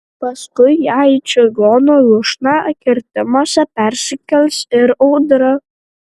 paskui ją į čigonų lūšną kirtimuose persikels ir audra